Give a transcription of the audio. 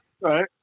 right